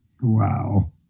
Wow